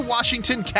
Washington